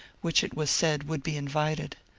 which it was said would be invited.